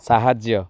ସାହାଯ୍ୟ